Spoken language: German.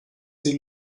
sie